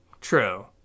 true